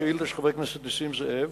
חבר הכנסת נסים זאב